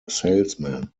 salesman